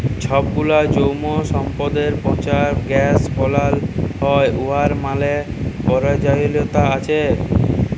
ছবগুলা জৈব সম্পদকে পঁচায় গ্যাস বালাল হ্যয় উয়ার ম্যালা পরয়োজলিয়তা আছে